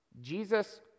Jesus